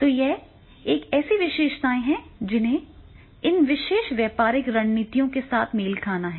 तो ये ऐसी विशेषताएं हैं जिन्हें इन विशेष व्यापारिक रणनीतियों के साथ मेल खाना है